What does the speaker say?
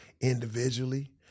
individually